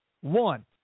One